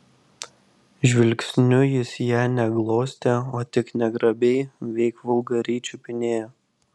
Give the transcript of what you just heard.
žvilgsniu jis ją ne glostė o tik negrabiai veik vulgariai čiupinėjo